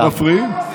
הם מפריעים.